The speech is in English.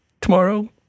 Tomorrow